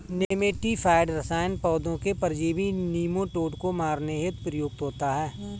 nematicide रसायन पौधों के परजीवी नोमीटोड को मारने हेतु प्रयुक्त होता है